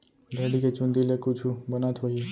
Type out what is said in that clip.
भेड़ी के चूंदी ले कुछु बनत होही?